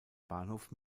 bahnhof